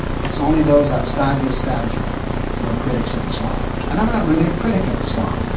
it's only those outside the establishment who are critics of islam. and i'm not really a critic of islam.